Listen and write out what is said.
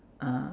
uh